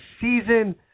season